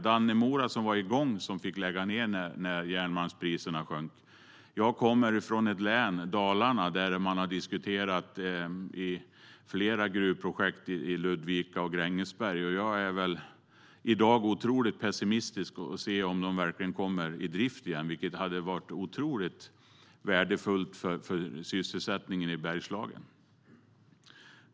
Dannemora var igång och fick lägga ned när järnmalmspriserna sjönk. Jag kommer från ett län, Dalarna, där man har diskuterat flera gruvprojekt i Ludvika och Grängesberg. Jag är i dag otroligt pessimistisk till att de verkligen kommer i drift igen, vilket hade varit otroligt värdefullt för sysselsättningen i Bergslagen.